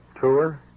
Tour